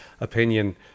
opinion